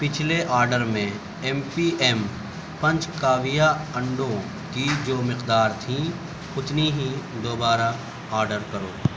پچھلے آڈر میں ایم پی ایم پنچ کاویہ انڈو کی جو مقدار تھیں اتنی ہی دوبارہ آڈر کرو